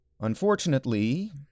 Unfortunately